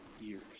years